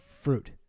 fruit